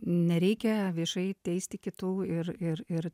nereikia viešai teisti kitų ir ir ir